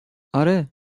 آره